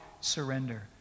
surrender